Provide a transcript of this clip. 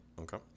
okay